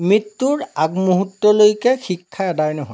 মৃত্যুৰ আগমুহূৰ্তলৈকে শিক্ষা অদায় নহয়